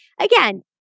again